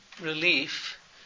relief